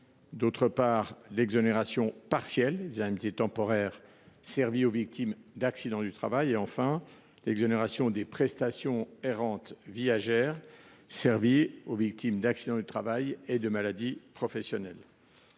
deuxièmement, l’exonération partielle des indemnités temporaires servies aux victimes d’accidents du travail ; troisièmement, l’exonération des prestations et rentes viagères servies aux victimes d’accidents du travail et de maladies professionnelles